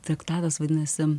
traktatas vadinasi